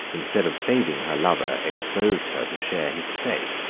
instead of saving her lover, exposed her to share his fate.